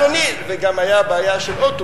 וגם היתה בעיה של אוטו.